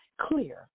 clear